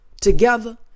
together